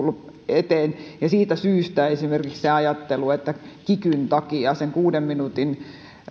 eteen siitä syystä esimerkiksi se ajattelu että kikyn takia sen kuuden minuutin